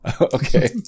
Okay